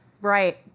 Right